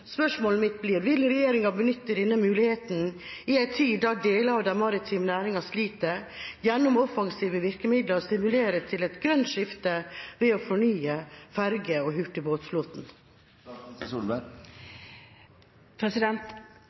Spørsmålet mitt blir: Vil regjeringa benytte denne muligheten til – i en tid da deler av den maritime næringa sliter – gjennom offensive virkemidler å stimulere til et grønt skifte ved å fornye ferge- og